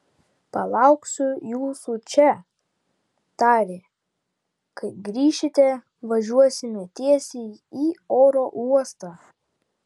palauksiu jūsų čia tarė kai grįšite važiuosime tiesiai į oro uostą